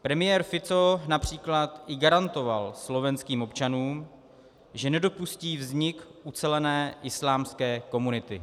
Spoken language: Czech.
Premiér Fico například i garantoval slovenským občanům, že nedopustí vznik ucelené islámské komunity.